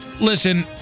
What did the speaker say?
listen